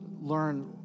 learn